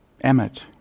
Emmet